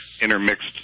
intermixed